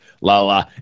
la-la